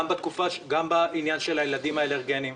גם בעניין של הילדים עם האלרגיות,